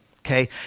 Okay